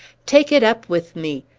take it up with me!